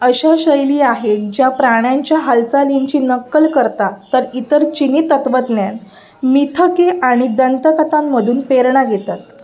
अशा शैली आहेत ज्या प्राण्यांच्या हालचालींची नक्कल करतात तर इतर चिनी तत्वज्ञान मिथके आणि दंतकथांमधून प्रेरणा घेतात